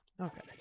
okay